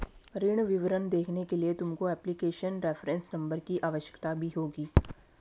ऋण विवरण देखने के लिए तुमको एप्लीकेशन रेफरेंस नंबर की आवश्यकता भी होगी